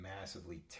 massively